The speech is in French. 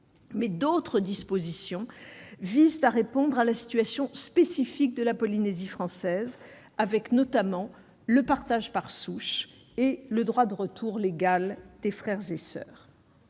D'autres dispositions visent à répondre à la situation spécifique de la Polynésie française, avec notamment le partage par souche et le droit de retour légal des frères et soeurs.